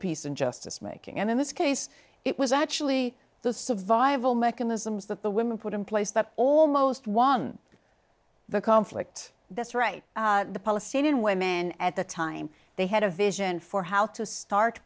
peace and justice making and in this case it was actually the survival mechanisms that the women put in place that almost one the conflict that's right the palestinian women at the time they had a vision for how to start